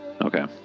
Okay